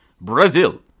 Brazil